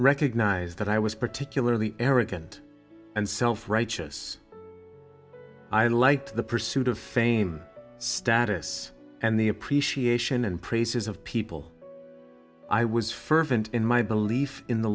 recognize that i was particularly arrogant and self righteous i liked the pursuit of fame status and the appreciation and praises of people i was fervent in my belief in the